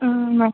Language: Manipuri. ꯑꯥ